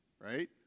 right